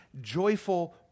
joyful